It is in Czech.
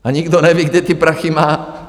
A nikdo neví, kde ty prachy má.